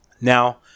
Now